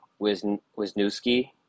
Wisniewski